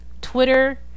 Twitter